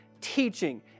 teaching